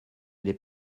les